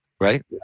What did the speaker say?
right